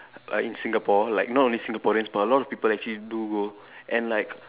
like in Singapore like not only Singaporeans but a lot of people actually do go and like